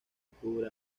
octubre